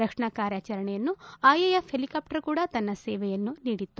ರಕ್ಷಣಾ ಕಾರ್ಯಾಚರಣೆಯಲ್ಲಿ IAF helicopter ಕೂಡ ತನ್ನ ಸೇವೆಯನ್ನು ನೀಡಿತ್ತು